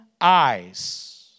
eyes